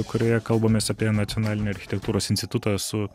kurioje kalbamės apie nacionalinį architektūros institutą su